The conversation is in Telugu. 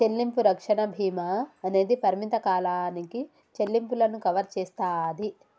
చెల్లింపు రక్షణ భీమా అనేది పరిమిత కాలానికి చెల్లింపులను కవర్ చేస్తాది